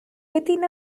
within